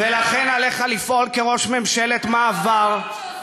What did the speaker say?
ולכן עליך לפעול כראש ממשלת מעבר.